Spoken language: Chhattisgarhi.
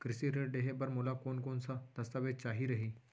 कृषि ऋण लेहे बर मोला कोन कोन स दस्तावेज चाही रही?